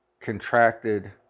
contracted